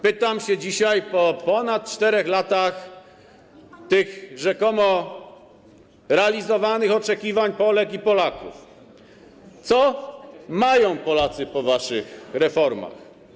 Pytam się dzisiaj, po ponad 4 latach rzekomego realizowania oczekiwań Polek i Polaków, co mają Polacy po waszych reformach?